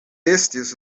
estis